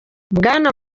bwana